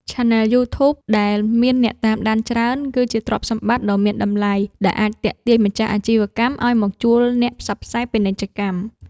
ឆានែលយូធូប ដែលមានអ្នកតាមដានច្រើន គឺជាទ្រព្យសម្បត្តិដ៏មានតម្លៃដែលអាចទាក់ទាញម្ចាស់អាជីវកម្មឱ្យមកជួលអ្នកផ្សព្វផ្សាយពាណិជ្ជកម្ម។